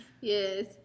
yes